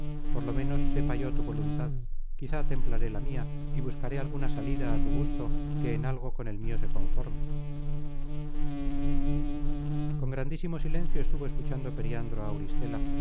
por lo ménos sepa yo tu voluntad quizá templaré la mia y buscaré alguna salida á tu gusto que en algo con el mio se conforme con grandísimo silencio estuvo escuchando periandro á auristela